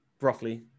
roughly